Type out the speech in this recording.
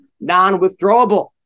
non-withdrawable